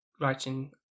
writing